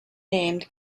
named